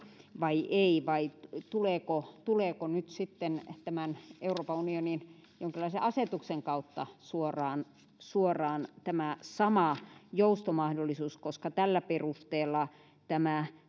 vai ei vai tuleeko tuleeko nyt sitten tämän euroopan unionin jonkinlaisen asetuksen kautta suoraan suoraan tämä sama joustomahdollisuus koska tällä perusteella tämä